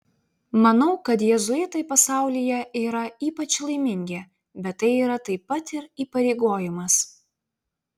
manau kad jėzuitai pasaulyje yra ypač laimingi bet tai yra taip pat ir įpareigojimas